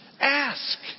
Ask